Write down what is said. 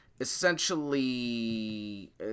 essentially –